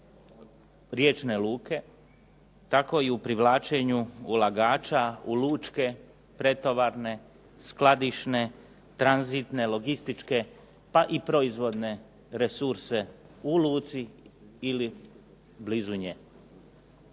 riječne luke, kako i privlačenju ulagača u lučke pretovarne, skladišne, tranzitne, logističke pa i proizvodne resurse u luci ili blizu nje.